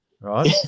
right